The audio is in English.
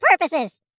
purposes